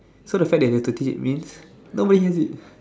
so the fact that you have to teach means nobody has it